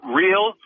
real